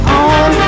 on